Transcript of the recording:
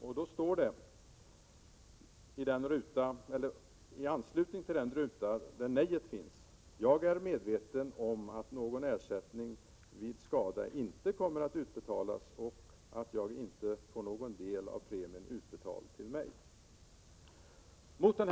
I anslutning till den ruta där man kryssar för sitt nej står det: ”Jag är medveten om att någon ersättning vid skada inte kommer att utbetalas och att jag inte får någon del av premien utbetald till mig.” Herr talman!